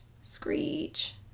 screech